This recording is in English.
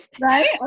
right